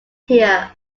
here